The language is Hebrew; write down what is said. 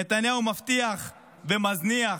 נתניהו מבטיח ומזניח,